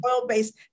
oil-based